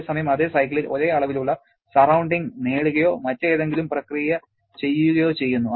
അതേസമയം അതേ സൈക്കിളിൽ ഒരേ അളവിലുള്ള സറൌണ്ടിങ് നേടുകയോ മറ്റേതെങ്കിലും പ്രക്രിയ ചെയ്യുകയോ ചെയ്യുന്നു